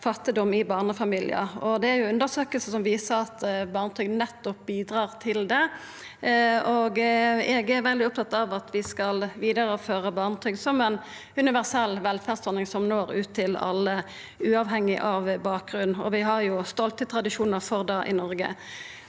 fattigdom i barnefamiliar. Undersøkingar viser at barnetrygda bidrar til nettopp det. Eg er veldig opptatt av at vi skal vidareføra barnetrygda som ei universell velferdsordning som når ut til alle, uavhengig av bakgrunn. Vi har stolte tradisjonar for det i Noreg.